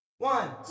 One